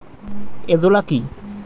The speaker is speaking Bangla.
এজোলা কি?